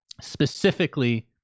specifically